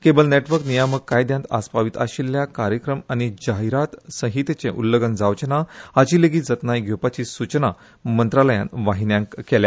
cable network नियामक कायद्यात आस्पावित आशिल्ल्या कार्यक्रम आनी जाहिरात संहितेचे उल्लंघन जावचे ना हाची लेगीत जतनाय घेवपाची सूचना मंत्रालयान वाहिन्यांक केल्या